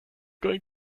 going